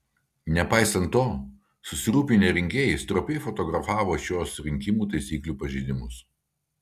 nepaisant to susirūpinę rinkėjai stropiai fotografavo šiuos rinkimų taisyklių pažeidimus